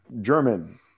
German